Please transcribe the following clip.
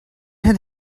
had